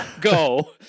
Go